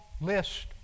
list